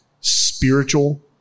spiritual